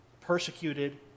persecuted